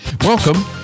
Welcome